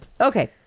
okay